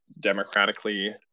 democratically